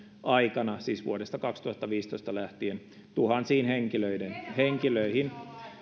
aikana siis vuodesta kaksituhattaviisitoista lähtien tuhansiin henkilöihin